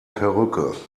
perücke